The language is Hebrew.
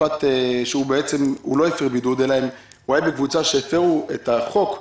הוא לא יצא מבידוד אלא הוא היה שהפרה את החוק.